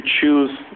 choose